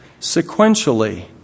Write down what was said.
Sequentially